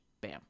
Bam